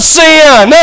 sin